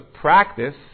practice